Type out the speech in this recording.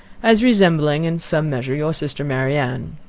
as resembling, in some measure, your sister marianne.